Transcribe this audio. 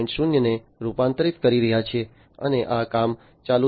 0 ને રૂપાંતરિત કરી રહ્યા છે અને આ કામ ચાલુ છે